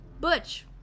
Butch